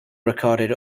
recorded